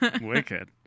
Wicked